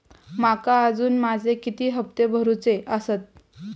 माका अजून माझे किती हप्ते भरूचे आसत?